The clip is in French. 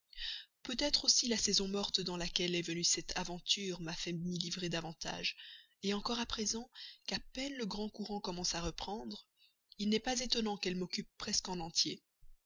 peut-être aussi la saison morte dans laquelle est venue cette aventure m'a fait m'y livrer davantage encore à présent qu'à peine le grand courant commence à reprendre il n'est pas étonnant qu'elle m'occupe presque en entier